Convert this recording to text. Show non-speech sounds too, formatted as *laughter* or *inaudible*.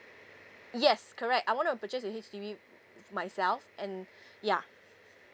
yes correct I wanna purchase a H_D_B uh uh myself and *breath* yeah